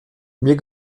mir